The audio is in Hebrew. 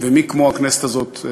ומי כמו הכנסת הזאת,